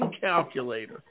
calculator